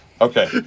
Okay